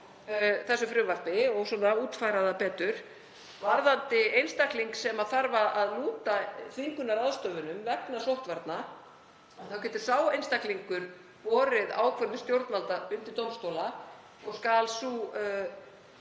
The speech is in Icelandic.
þessu frumvarpi og útfæra það betur, varðandi einstakling sem þarf að lúta þvingunarráðstöfunum vegna sóttvarna. Sá einstaklingur getur borið ákvörðun stjórnvalda undir dómstóla og skal sú